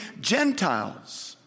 Gentiles